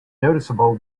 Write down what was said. noticeable